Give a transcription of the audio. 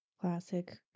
Classic